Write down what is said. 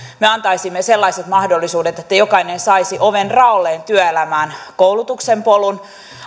me antaisimme sellaiset mahdollisuudet että jokainen saisi oven raolleen työelämään koulutuksen polun